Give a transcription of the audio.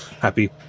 happy